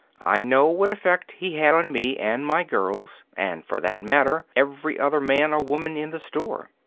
i know what effect he had on me and my girls, and, for that matter, every other man or woman in the store.